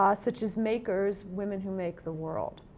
ah such as makers women who make the world.